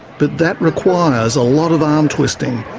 but that requires a lot of arm twisting.